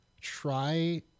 try